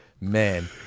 man